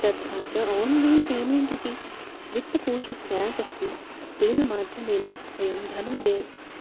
तथा च online payment इति वित्तकोशस्य एप् अस्ति तेन माध्यमेन वयं धनं दे